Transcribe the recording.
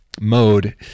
mode